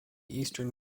eastern